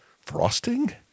frosting